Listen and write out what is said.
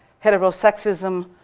heterosexism,